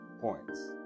points